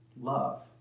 love